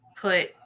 put